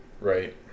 right